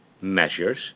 measures